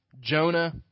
Jonah